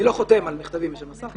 אני לא חותם על מכתבים של השר.